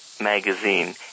magazine